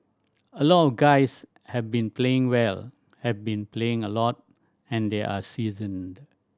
a lot of the guys have been playing well have been playing a lot and they're seasoned